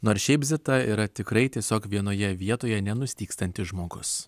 nors šiaip zita yra tikrai tiesiog vienoje vietoje nenustygstantis žmogus